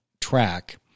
track